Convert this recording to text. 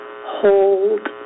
Hold